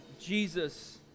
Jesus